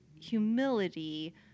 humility